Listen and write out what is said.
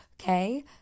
Okay